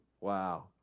Wow